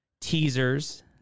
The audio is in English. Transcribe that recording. teasers